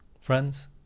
Friends